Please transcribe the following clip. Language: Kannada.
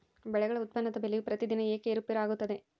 ಬೆಳೆಗಳ ಉತ್ಪನ್ನದ ಬೆಲೆಯು ಪ್ರತಿದಿನ ಏಕೆ ಏರುಪೇರು ಆಗುತ್ತದೆ?